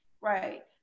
Right